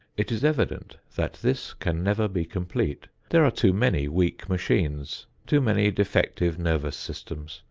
it is evident that this can never be complete. there are too many weak machines, too many defective nervous systems,